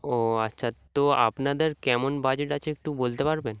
ও আচ্ছা তো আপনাদের কেমন বাজেট আছে একটু বলতে পারবেন